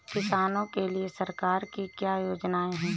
किसानों के लिए सरकार की क्या योजनाएं हैं?